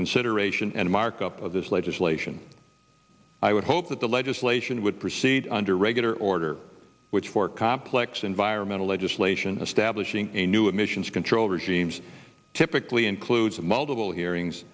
consideration and markup of this legislation i would hope that the legislation would proceed under regular order which for complex environmental legislation establishing a new emissions control regimes typically includes multiple hearings